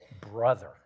brother